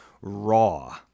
raw